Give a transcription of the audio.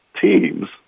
teams